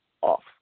off